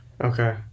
okay